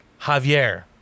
Javier